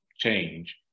change